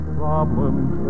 problems